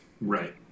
Right